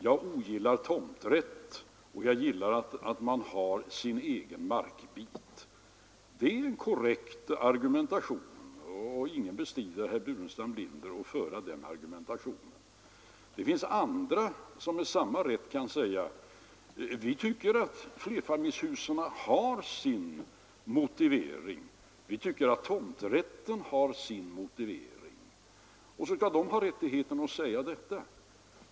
Jag ogillar tomträtt, och jag gillar att man har sin egen markbit.” Det är en korrekt argumentation, och ingen förmenar herr Burenstam Linder att föra den argumentationen. Det finns andra som med samma rätt kan säga: ”Vi tycker flerfamiljshusen har sin motivering. Vi tycker att tomträtten har sin motivering.” Då skall de ha rättighet att säga detta.